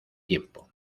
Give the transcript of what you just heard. tiempo